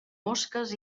mosques